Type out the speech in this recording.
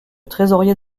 trésorier